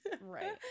Right